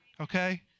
Okay